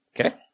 Okay